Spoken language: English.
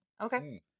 okay